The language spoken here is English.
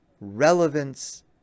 relevance